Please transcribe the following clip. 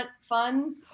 funds